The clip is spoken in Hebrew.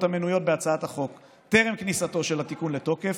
המנויות בהצעת החוק טרם כניסתו של התיקון לתוקף,